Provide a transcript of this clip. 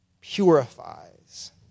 purifies